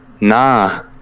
nah